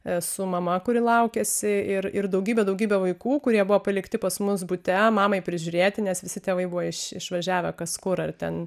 esu mama kuri laukiasi ir ir daugybė daugybė vaikų kurie buvo palikti pas mus bute mamai prižiūrėti nes visi tėvai buvo iš išvažiavę kas kur ar ten